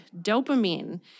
dopamine